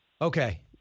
Okay